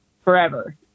forever